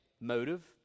motive